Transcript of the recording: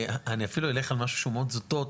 אני אפילו אלך על משהו שהוא מאוד זוטות,